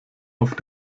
auf